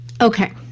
okay